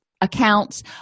accounts